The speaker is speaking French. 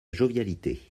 jovialité